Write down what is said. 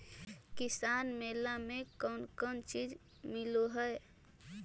किसान मेला मे कोन कोन चिज मिलै है?